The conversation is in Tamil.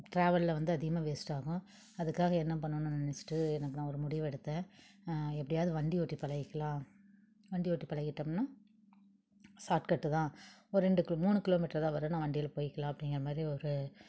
ட்ராவெலில் வந்து அதிகமாக வேஸ்ட் ஆகும் அதற்காக என்ன பண்ணணுன்னு நினச்சிட்டு அப்புறோம் நான் ஒரு முடிவு எடுத்தேன் எப்படியாவது வண்டி ஓட்டி பழகிக்கலாம் வண்டி ஓட்டி பழகிட்டம்ன்னா ஷார்ட்கட்டு தான் ஒரு ரெண்டு கிலோ மூணு கிலோ மீட்ரு தான் வரும் நான் வண்டியில போயிக்கலாம் அப்படிங்கிறமாரி ஒரு